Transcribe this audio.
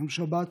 ביום שבת,